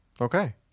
Okay